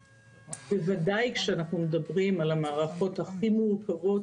בוודאי כשאנחנו מדברים על המערכות הכי מורכבות